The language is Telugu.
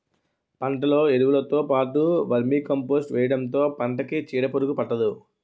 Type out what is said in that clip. పంటలో ఎరువులుతో పాటు వర్మీకంపోస్ట్ వేయడంతో పంటకి చీడపురుగు పట్టదు